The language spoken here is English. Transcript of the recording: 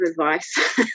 advice